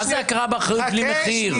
מה זה הכרה באחריות בלי מחיר?